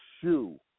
shoe